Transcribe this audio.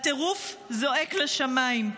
הטירוף זועק לשמיים.